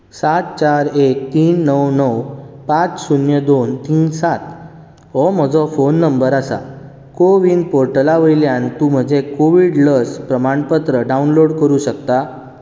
सात चार एक तीन णव णव पांच शून्य दोन तीन सात हो म्हजो फोन नंबर आसा को विन पोर्टला वयल्यान तूं म्हजें कोविड लस प्रमाणपत्र डावनलोड करूं शकता